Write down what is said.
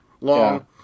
long